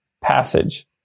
passage